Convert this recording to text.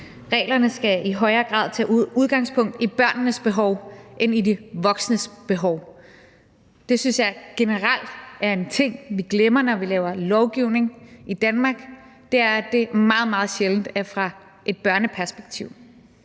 Reglerne skal i højere grad tage udgangspunkt i børnenes behov end i de voksnes behov. Det synes jeg generelt er en ting, vi glemmer, når vi laver lovgivning i Danmark – det er meget, meget sjældent set fra et børneperspektiv.